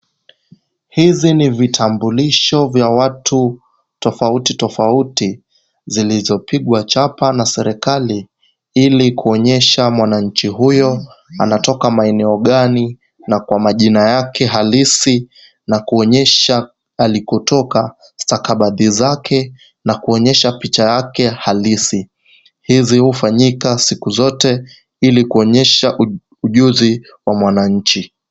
Hizi ni vitambulisho vya watu tofauti tofauti, zilizopigwa chapa na serilaki, ili kuonyesha mwananchi huyo anatoka maeneo gani, na kwa majina yake halisi, na kuonyesha alikotoka, stakabadhi zake, na kuonyesha picha yake halisi. Hizi hufanyika siku zote, ili kuonyesha u, ujuzi wa mwananchi.